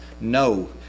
No